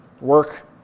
Work